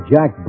Jack